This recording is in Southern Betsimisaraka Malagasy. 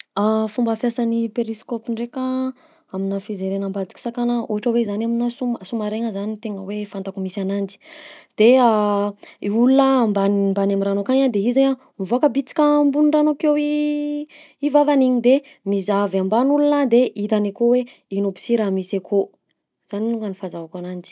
Fomba fiasan'ny périscope ndraika aminà fizerena ambadiky sakana ohatra hoe zany aminà sous ma- sous-marin-gna zany no tegna hoe fantako misy ananjy, de i olona ambanimbany am'rano akagny a de izy a mivoaka bitika ambony rano akeo i vavany igny de mizaha avy ambany olona de hitany akao hoe ino aby si raha misy akao, zany alongany fahazahoako ananjy.